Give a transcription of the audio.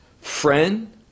friend